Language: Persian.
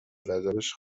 وجبش